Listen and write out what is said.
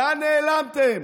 לאן נעלמתם